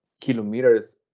kilometers